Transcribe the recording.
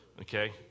okay